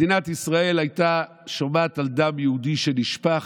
מדינת ישראל הייתה שומעת על דם יהודי שנשפך,